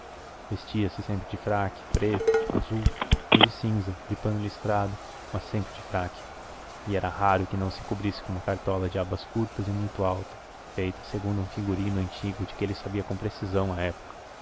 queixo vestia-se sempre de fraque preto azul ou de cinza de pano listrado mas sempre de fraque e era raro que não se cobrisse com uma cartola de abas curtas e muito alta feita segundo um figurino antigo de que ele sabia com precisão a época